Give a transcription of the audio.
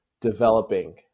developing